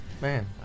Man